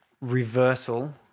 reversal